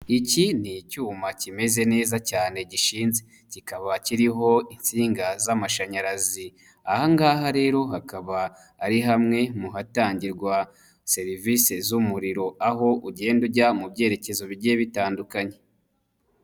Iki ni cyuma kimeze neza cyane gishinze, kikaba kiriho insinga z'amashanyarazi. Aha ngaha rero hakaba ari hamwe mu hatangirwa serivisi z'umuriro, aho ugenda ujya mu byerekezo bigiye bitandukanye.